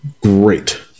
great